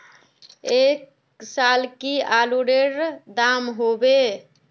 ऐ साल की आलूर र दाम होबे?